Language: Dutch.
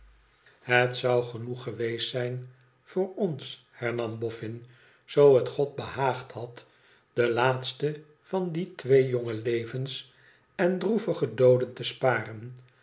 het zou genoeg geweest zijn voor ons hernam boffin zoo het god behaagd had de laatste van die twee jonge levens en droevige dooden te sparen